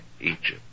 Egypt